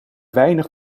weinig